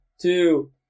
two